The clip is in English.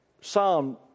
Psalm